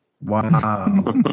Wow